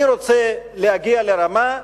אני רוצה להגיע לרמה,